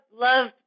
love